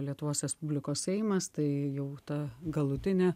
lietuvos respublikos seimas tai jau ta galutinė